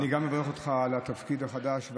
גם אני מברך אותך על התפקיד החדש.